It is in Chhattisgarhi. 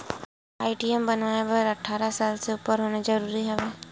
का ए.टी.एम बनवाय बर अट्ठारह साल के उपर होना जरूरी हवय?